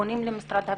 פונים למשרד הפנים.